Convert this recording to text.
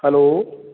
hello